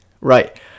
Right